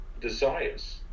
desires